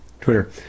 Twitter